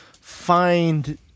find